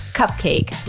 cupcake